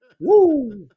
Woo